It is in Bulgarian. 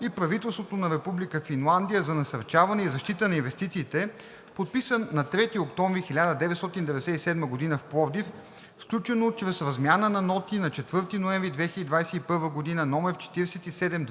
и правителството на Република Финландия за насърчаване и защита на инвестициите, подписан на 3 октомври 1997 г. в Пловдив, сключено чрез размяна на ноти на 4 ноември 2021 г.,